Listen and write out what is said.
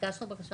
ביקשנו בקשה